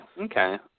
okay